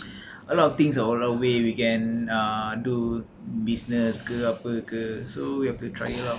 a lot of things all or way we can uh do business ke apa ke so you have to try it out